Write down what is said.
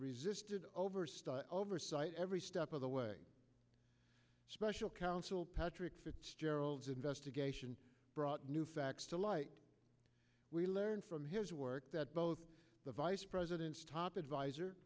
resisted over style oversight every step of the way special counsel patrick fitzgerald investigation brought new facts to light we learned from his work that both the vice president's top advis